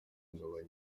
kugabanya